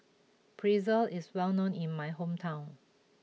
Pretzel is well known in my hometown